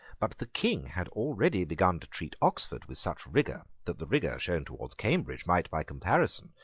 but the king had already begun to treat oxford with such rigour that the rigour shown towards cambridge might, by comparison,